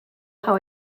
how